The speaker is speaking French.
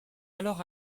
alors